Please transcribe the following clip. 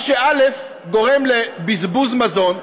מה שגורם לבזבוז מזון,